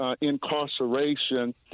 incarceration